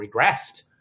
regressed